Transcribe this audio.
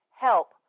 help